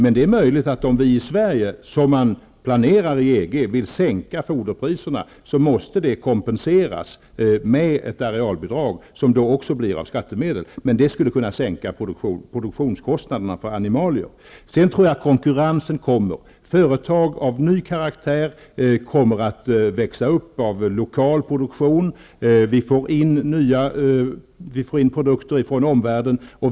Men om vi i Sverige, som planeras i EG, vill sänka foderpriserna, måste det kompenseras med ett arealbidrag som tas från skattemedel. Men det skulle kunna sänka produktionskostnaderna för animalieområdet. Konkurrensen kommer! Företag av ny karaktär kommer att växa upp, t.ex. med lokal produktion. Produkter från omvärlden kommer till Sverige.